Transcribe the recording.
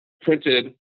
printed